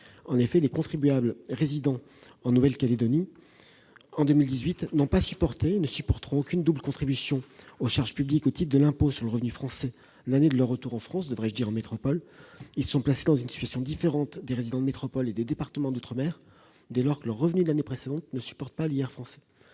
En effet, les contribuables résidant en Nouvelle-Calédonie en 2018 n'ont pas supporté- et ne supporteront pas - de double contribution aux charges publiques au titre de l'impôt sur le revenu français l'année de leur retour en métropole. Ils sont placés dans une situation différente de celle des résidents de métropole et des départements d'outre-mer, dès lors que leurs revenus de l'année précédente ne supportent pas l'impôt